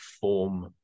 form